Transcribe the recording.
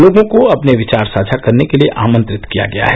लोगों को अपने विचार साझा करने के लिए आंमत्रित किया गया है